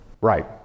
right